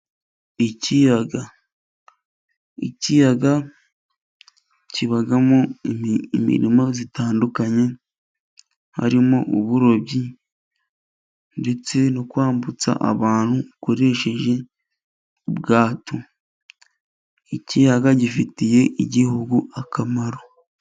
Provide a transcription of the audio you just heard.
Ikiyaga, ikiyaga kibamo imiririmo itandukanye harimo uburobyi ndetse no kwambutsa abantu ukoresheje ubwato, ikiyaga gifitiye igihugu akamaro.